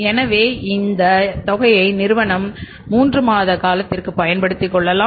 எனவே இங்கே இந்த தொகையை நிறுவனம் 3 மாத காலத்திற்கு பயன்படுத்தி கொள்ளலாம்